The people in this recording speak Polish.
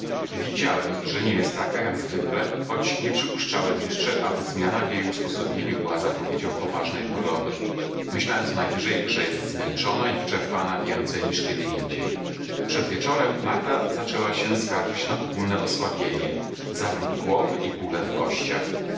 widziałem że nie jest taka jak zwykle choć nie przypuszczałem jeszcze aby zmiana w jej usposobieniu była zapowiedzią poważnej choroby myślałem co najwyżej że jest zmęczona i wyczerpana więcej niż kiedyindziej przed wieczorem marta zaczęła się skarżyć na ogólne osłabienie zawrót głowy i bóle w kościach